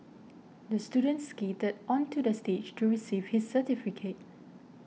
the student skated onto the stage to receive his certificate